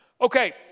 Okay